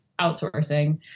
outsourcing